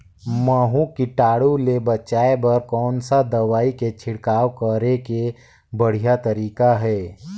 महू कीटाणु ले बचाय बर कोन सा दवाई के छिड़काव करे के बढ़िया तरीका हे?